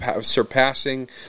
surpassing